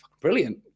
brilliant